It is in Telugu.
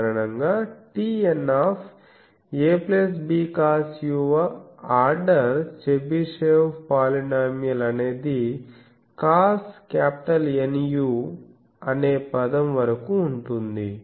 సాధారణంగా TNa bcos వ ఆర్డర్ చెబిషెవ్ పాలినోమియల్ అనేది cosNu అనే పదం వరకు ఉంటుంది